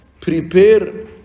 Prepare